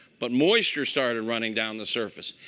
but moisture started running down the surface.